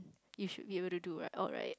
you should be able to do right alright